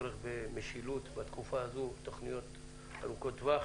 במשילות ובתוכניות ארוכות טווח